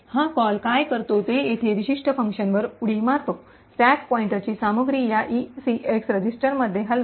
हा कॉल काय करतो ते येथे या विशिष्ट फंक्शनवर उडी मारते स्टॅक पॉईंटरची सामग्री या ईसीएक्स रजिस्टरमध्ये हलवा